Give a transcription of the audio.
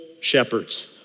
shepherds